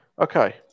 Okay